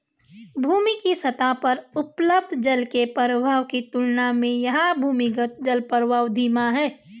भूमि के सतह पर उपलब्ध जल के प्रवाह की तुलना में यह भूमिगत जलप्रवाह धीमा है